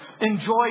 Enjoy